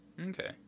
Okay